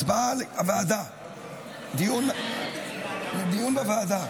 הצבעה על הוועדה, לדיון בוועדה.